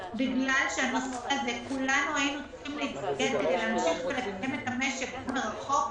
כולנו היינו צריכים להצטייד כדי להמשיך ולתפקד את המשק מרחוק.